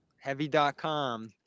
heavy.com